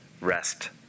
rest